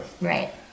Right